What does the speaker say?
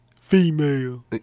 Female